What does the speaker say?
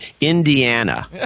Indiana